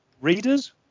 readers